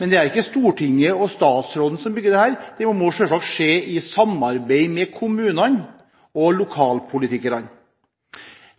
Men det er ikke Stortinget og statsråden som bygger dette – det må selvsagt skje i et samarbeid med kommunene og lokalpolitikerne.